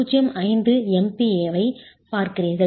05 MPa ஐப் பார்க்கிறீர்கள்